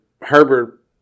Herbert